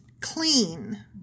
clean